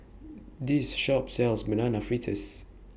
This Shop sells Banana Fritters